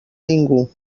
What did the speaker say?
ningú